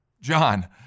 John